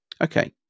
okay